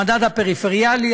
המדד הפריפריאלי,